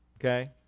okay